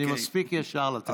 אני מספיק ישר לתת את זה.